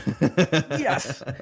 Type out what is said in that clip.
Yes